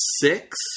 six